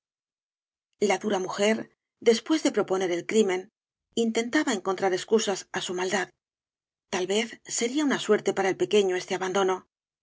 la dura mujer después de proponer el crimen intentaba encontrar excusas á su maldad tal vez sería una suerte para el pequeño este abandono